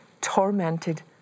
tormented